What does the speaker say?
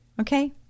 Okay